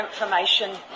information